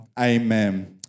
Amen